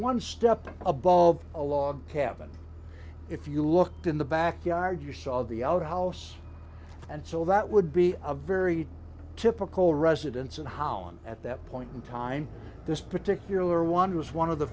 one step above a log cabin if you looked in the backyard you saw the outhouse and so that would be a very typical residence in holland at that point in time this particular one was one of the